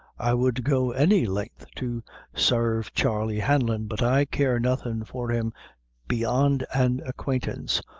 i would go any length to sarve charley hanlon, but i care nothin' for him beyond an acquaintance,